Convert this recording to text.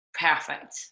perfect